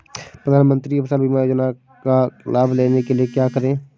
प्रधानमंत्री फसल बीमा योजना का लाभ लेने के लिए क्या करें?